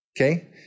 okay